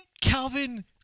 Calvin